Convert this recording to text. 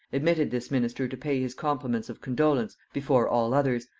admitted this minister to pay his compliments of condolence before all others,